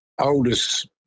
oldest –